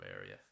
area